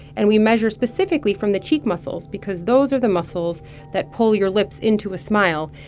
and we measure specifically from the cheek muscles because those are the muscles that pull your lips into a smile.